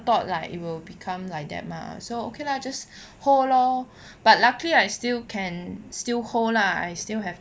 thought like it will become like that mah so okay lah just hold lor but luckily I still can still hold lah I still have